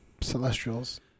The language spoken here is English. Celestials